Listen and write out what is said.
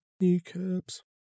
Kneecaps